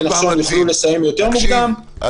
נחשון יוכלו לסיים יותר מוקדם --- זה לא לעשות מאמצים,